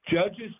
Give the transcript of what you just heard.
judges